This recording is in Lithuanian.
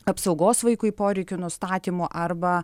apsaugos vaikui poreikių nustatymo arba